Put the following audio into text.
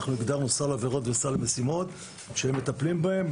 אנחנו הגדרנו סל עבירות וסל משימות שהם מטפלים בהן,